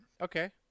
okay